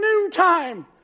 noontime